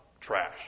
trash